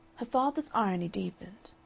her father's irony deepened.